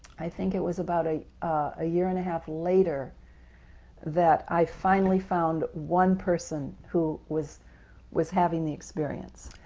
i think it was about a ah year-and-a-half later that i finally found one person who was was having the experience.